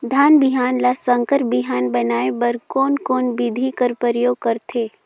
धान बिहान ल संकर बिहान बनाय बर कोन कोन बिधी कर प्रयोग करथे?